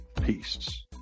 Peace